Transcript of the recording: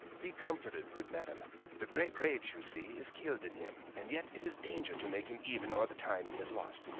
be comforted, good madam the great rage, you see, is kill'd in him and yet it is danger to make him even o'er the time he has lost.